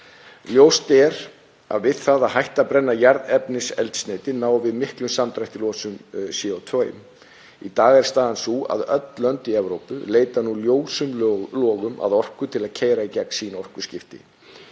Ljóst er að við það að hætta að brenna jarðefnaeldsneyti náum við miklum samdrætti í losun CO2. Í dag er staðan sú að öll lönd í Evrópu leita ljósum logum að orku til að keyra í gegn sín orkuskipti.